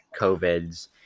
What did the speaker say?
COVIDs